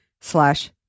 slash